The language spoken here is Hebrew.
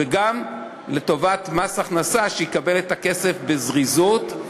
וגם לטובת מס הכנסה, שיקבל את הכסף בזריזות.